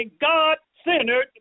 God-centered